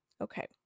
Okay